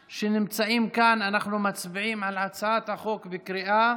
שנמצאים כאן, אנחנו מצביעים על הצעת החוק בקריאה